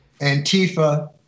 Antifa